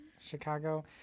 Chicago